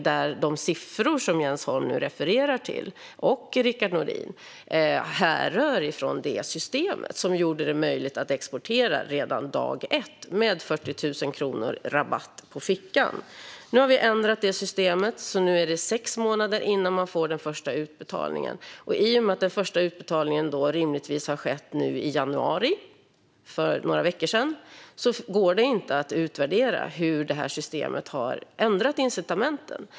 De siffror som Jens Holm och Rickard Nordin refererar till härrör från det systemet, som gjorde det möjligt att exportera redan dag ett med 40 000 kronors rabatt på fickan. Nu har vi ändrat det systemet. Nu går det sex månader innan man får den första utbetalningen. I och med att den första utbetalningen rimligtvis skedde nu i januari, för några veckor sedan, går det inte att utvärdera hur det här systemet har ändrat incitamenten.